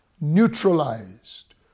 neutralized